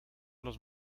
los